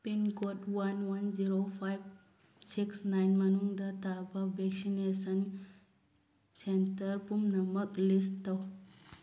pin code one one zero five six nine ꯃꯅꯨꯡꯗ ꯇꯥꯕ vaccination centre ꯄꯨꯝꯅꯃꯛ list ꯇꯧ